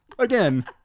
Again